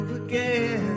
again